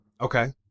Okay